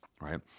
right